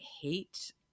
hate –